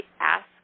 ask